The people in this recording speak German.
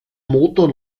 motor